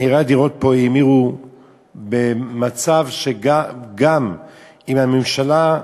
מחירי הדירות פה האמירו במצב שגם אם הממשלה,